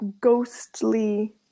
ghostly